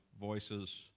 voices